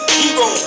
hero